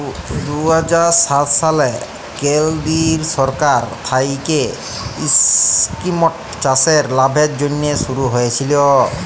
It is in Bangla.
দু হাজার সাত সালে কেলদিরিয় সরকার থ্যাইকে ইস্কিমট চাষের লাভের জ্যনহে শুরু হইয়েছিল